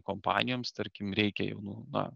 kompanijoms tarkim reikia jaunų na